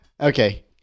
Okay